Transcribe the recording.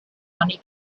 money